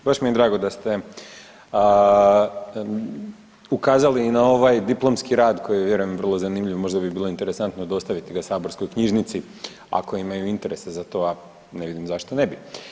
Baš mi je drago da ste ukazali i na ovaj diplomski rad koji je, vjerujem, vrlo zanimljiv, možda bi bilo interesantno dostaviti ga saborskoj knjižnici, ako imaju interesa za to, a ne vidim zašto ne bi.